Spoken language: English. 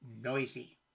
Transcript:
noisy